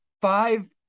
five